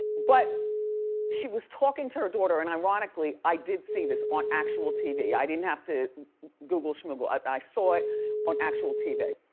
but she was talking to her daughter and ironically, i did see this on actual tv. i didn't have to google schmoogle, i but i saw it on actual tv.